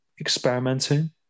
experimenting